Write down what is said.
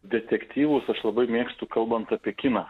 detektyvus aš labai mėgstu kalbant apie kiną